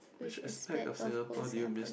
which is that of both Singaporean